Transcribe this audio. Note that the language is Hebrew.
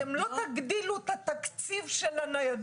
אתם לא תגדילו את התקציב של הניידות,